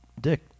Dick